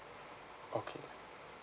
okay